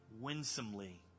winsomely